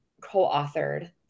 co-authored